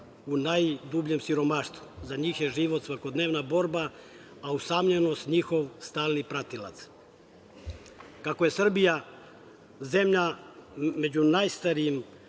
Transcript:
u najdubljem siromaštvu, za njih je život svakodnevna borba, a usamljenost njihov stalni pratilac. Kako je Srbija zemlja sa najstarijim